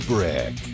Brick